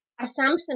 assumption